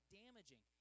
damaging